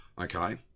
okay